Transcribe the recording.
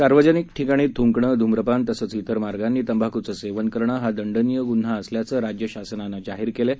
सार्वजनिक ठिकाणी थुंकणे धूम्रपान तसंच ठिर मार्गांनी तंबाखूचं सेवन करणं हा दंडनीय गुन्हा असल्याचं राज्यशासनानं जाहीर केलं आहे